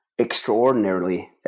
extraordinarily